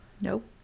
Nope